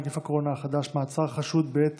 נגיף הקורונה החדש) (מעצר חשוד בעת